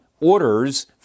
orders